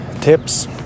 tips